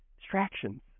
Distractions